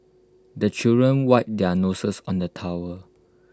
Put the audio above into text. the children wipe their noses on the towel